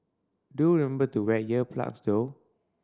do remember to wear ear plugs though